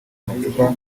amacupa